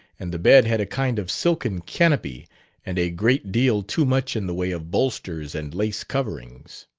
and the bed had a kind of silken canopy and a great deal too much in the way of bolsters and lace coverings.